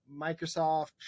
Microsoft